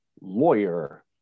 lawyer